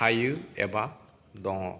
थायो एबा दङ